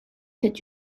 c’est